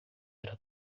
era